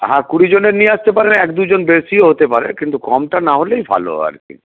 হ্যাঁ কুড়ি জনের নিয়ে আসতে পারেন এক দুজন বেশিও হতে পারে কিন্তু কমটা না হলেই ভালো আর কি